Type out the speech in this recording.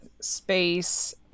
space